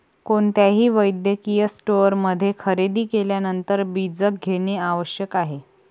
कोणत्याही वैद्यकीय स्टोअरमध्ये खरेदी केल्यानंतर बीजक घेणे आवश्यक आहे